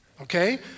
Okay